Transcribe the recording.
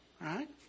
right